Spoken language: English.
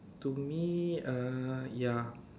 to me uh ya